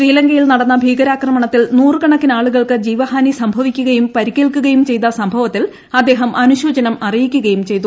ശ്രീലങ്കയിൽ നടന്ന ഭീകരാക്രമണത്തിൽ നൂറുകണക്കിന് ആളുകൾക്ക് ജീവഹാനി സംഭവിക്കുകയും പരിക്കേൽക്കുകയും ചെയ്ത സംഭവത്തിൽ അദ്ദേഹം അനുശോചനം അറിയിക്കുകയും ചെയ്തു